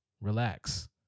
Relax